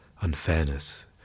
unfairness